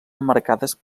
emmarcades